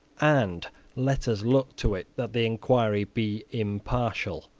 and let us look to it that the enquiry be impartial.